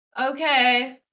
Okay